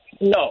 No